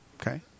okay